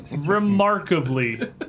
Remarkably